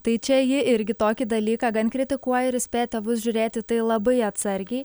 tai čia ji irgi tokį dalyką gan kritikuoja ir įspėja tėvus žiūrėt į tai labai atsargiai